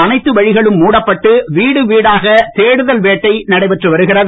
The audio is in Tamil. அனைத்து வழிகளும் மூடப்பட்டு வீடுவீடாக தேடுதல் வேட்டை நடைபெற்று வருகிறது